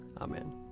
Amen